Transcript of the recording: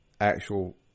actual